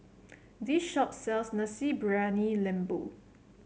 this shop sells Nasi Briyani Lembu